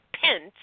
Pence